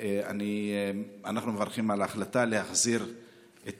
אנחנו מברכים על ההחלטה להחזיר את